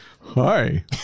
Hi